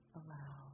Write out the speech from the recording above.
allow